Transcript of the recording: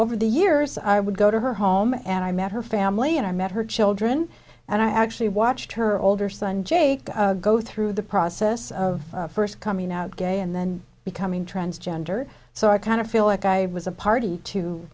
over the years i would go to her home and i met her family and i met her children and i actually watched her older son jake go through the process of first coming out gay and then becoming transgender so i kind of feel like i was a party to